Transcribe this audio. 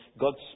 God's